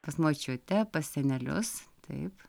pas močiutę pas senelius taip